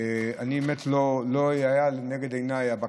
האמת היא שהבקשה הזאת לא הייתה לנגד עיניי.